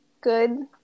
good